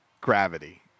Gravity